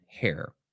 hair